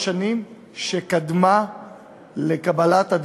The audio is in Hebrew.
אני מתכבד להזמין את חברת הכנסת איילת שקד להשיב על